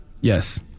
Yes